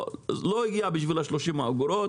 לא הגיע כדי לקבל את ה-30 אגורות,